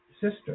Sister